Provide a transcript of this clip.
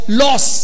loss